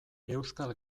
euskal